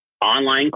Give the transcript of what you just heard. online